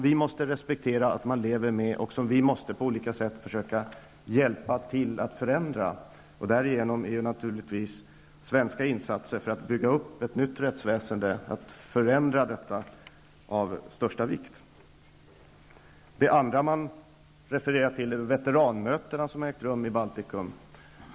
Vi måste respektera detta, och vi måste på olika sätt hjälpa till att förändra förhållandena. Därigenom är naturligtvis svenska insatser för att bygga upp ett nytt rättsväsende och alltså förändra det gamla av största vikt. Det andra man refererar till är veteranmötena som har ägt rum i Baltikum.